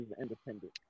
independent